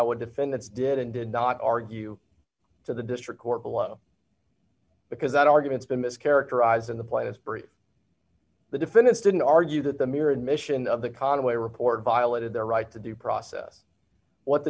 what defendants did and did not argue to the district court below because that argument's been mischaracterized in the plainest brief the defendants didn't argue that the mere admission of the conway report violated their right to due process what the